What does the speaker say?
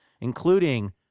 including